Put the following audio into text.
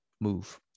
move